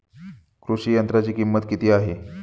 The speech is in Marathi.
कृषी यंत्राची किंमत किती आहे?